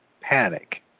panic